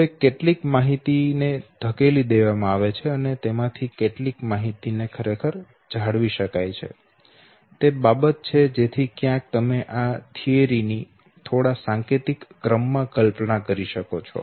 હવે કેટલી માહિતીને ધકેલી દેવામાં આવે છે અને તેમાંની કેટલી માહિતી ને ખરેખર જાળવી શકાય છે તે બાબત છે જેથી ક્યાંક તમે આ સિદ્ધાંત ની થોડા સાંકેતિક ક્રમમાં કલ્પના કરી શકો છો